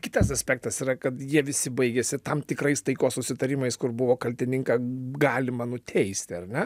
kitas aspektas yra kad jie visi baigėsi tam tikrais taikos susitarimais kur buvo kaltininką galima nuteisti ar ne